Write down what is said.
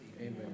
Amen